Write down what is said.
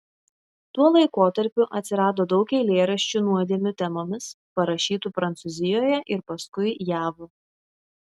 tuo laikotarpiu atsirado daug eilėraščių nuodėmių temomis parašytų prancūzijoje ir paskui jav